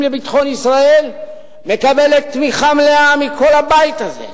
בביטחון ישראל מקבלת תמיכה מלאה מכל הבית הזה.